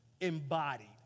embodied